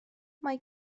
mae